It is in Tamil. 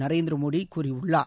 நரேந்திரமோடிகூறியுள்ளார்